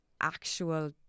actual